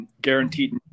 guaranteed